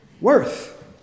worth